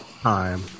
time